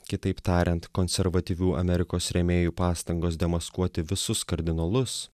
kitaip tariant konservatyvių amerikos rėmėjų pastangos demaskuoti visus kardinolus